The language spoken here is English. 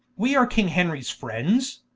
we are king henries friends